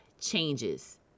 changes